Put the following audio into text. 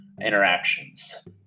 interactions